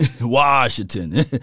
Washington